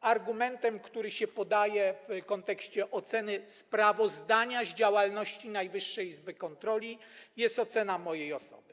argumentem, który się podaje w kontekście oceny sprawozdania z działalności Najwyższej Izby Kontroli, jest ocena mojej osoby.